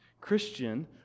Christian